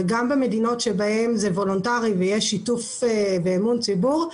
וגם במדינות שבהן זה וולונטרי ויש שיתוף ואמון ציבור,